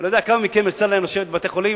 אני לא יודע לכמה מכם יצא לשבת בבתי-חולים.